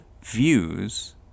views